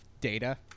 data